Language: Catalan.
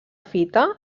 fita